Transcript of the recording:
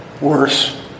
worse